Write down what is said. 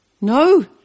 No